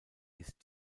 ist